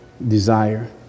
desire